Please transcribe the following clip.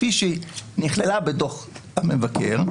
כפי שנכללה בדוח המבקר,